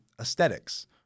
aesthetics